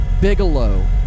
Bigelow